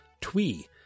twee